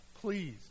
Please